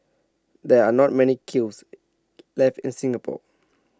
there are not many kilns left in Singapore